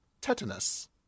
tetanus